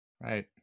Right